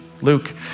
Luke